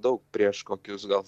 daug prieš kokius gal